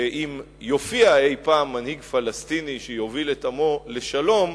שאם יופיע אי-פעם מנהיג פלסטיני שיוביל את עמו לשלום,